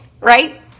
right